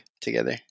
together